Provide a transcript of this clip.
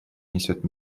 несет